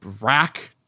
rack